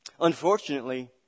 unfortunately